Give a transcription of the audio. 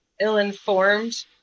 ill-informed